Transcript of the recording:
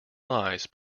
lives